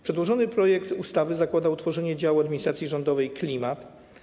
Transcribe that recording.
Przedłożony projekt ustawy zakłada utworzenie działu administracji rządowej: klimat.